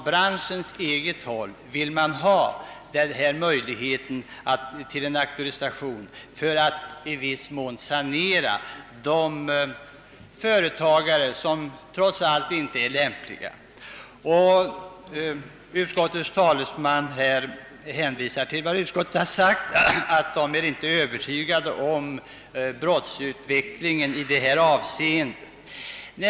Branschens eget folk vill ha denna möjlighet till auktorisation för att i viss mån sanera bort de företagare som trots allt inte är lämpliga, men utskottets talesman har hänvisat till att utskottsmajoriteten inte är övertygad om en brottsutveckling i detta avseende.